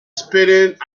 spinning